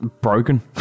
Broken